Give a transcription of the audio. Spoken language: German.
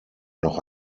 noch